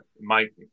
Mike